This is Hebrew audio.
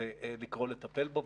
ולקרוא לטפל בו.